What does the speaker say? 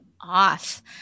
off